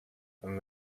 and